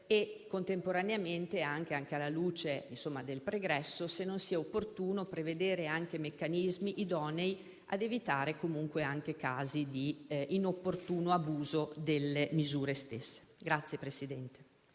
e, contemporaneamente, anche alla luce del pregresso, se non sia opportuno prevedere anche meccanismi idonei ad evitare casi di inopportuno abuso delle misure stesse. PRESIDENTE.